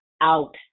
out